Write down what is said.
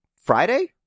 Friday